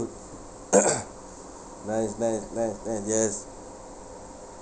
nice nice nice nice yes